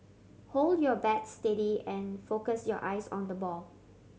hold your bat steady and focus your eyes on the ball